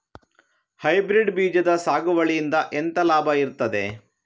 Hybrid ಬೀಜದ ಸಾಗುವಳಿಯಿಂದ ಎಂತ ಲಾಭ ಇರ್ತದೆ?